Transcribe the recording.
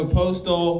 postal